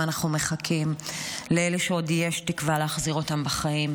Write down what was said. אנחנו מחכים לאלה שעוד יש תקווה להחזיר אותם בחיים,